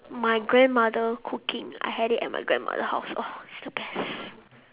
my grandmother cooking I had it at my grandmother house ugh it's the best